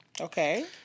Okay